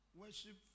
worship